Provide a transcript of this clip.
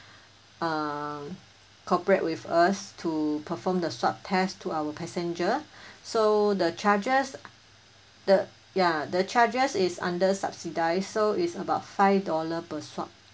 um cooperate with us to perform the swab test to our passenger so the charges the ya the charges is under subsidise so is about five dollar per swab